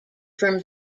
from